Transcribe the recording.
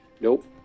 Nope